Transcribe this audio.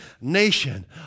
nation